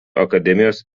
akademijos